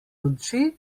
oči